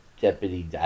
deputy